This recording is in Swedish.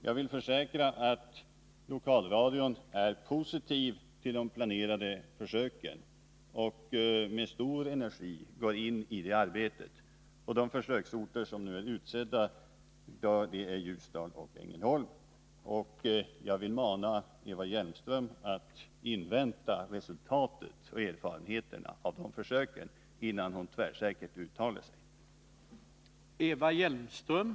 Jag vill försäkra att lokalradion är positiv till de planerade försöken och med stor energi går in i det arbetet. De försöksorter som nu är utsedda är Ljusdal och Ängelholm. Jag vill uppmana Eva Hjelmström att invänta resultatet och erfarenheterna av de försöken, innan hon uttalar sig tvärsäkert.